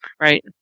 Right